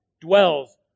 dwells